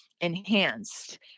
enhanced